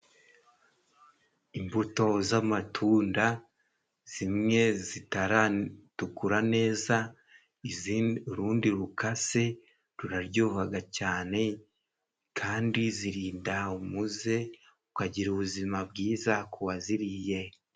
Imbuto z'amatunda, zimwe zitaratukura neza, urundi rukase ruraryoha cyane, kandi zirinda umuze ukagira ubuzima bwiza ku waziriye.